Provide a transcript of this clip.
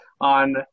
on